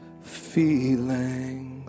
feelings